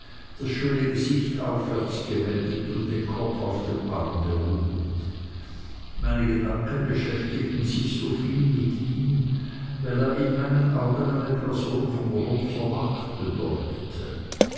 das schöne gesicht aufwärts gewendet und den kopf auf dem arme ruhend meine gedanken beschäftigten sich so viel mit ihm weil er in meinen augen eine person von großer macht bedeutete